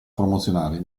promozionale